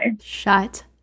shut